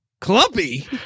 clumpy